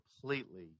completely